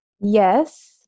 Yes